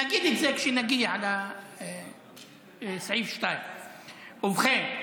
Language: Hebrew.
נגיד את זה כשנגיע לסעיף 2. ובכן,